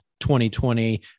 2020